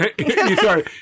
Sorry